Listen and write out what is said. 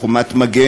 "חומת מגן",